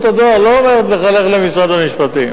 רשות הדואר לא אומרת לך: לך למשרד המשפטים.